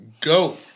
go